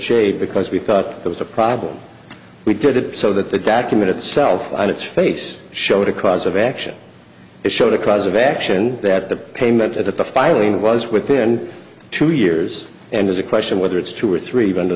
ha because we thought it was a problem we did it so that the document itself on its face showed a cause of action it showed a cause of action that the payment at the filing was within two years and is a question whether it's two or three even to